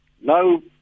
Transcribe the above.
No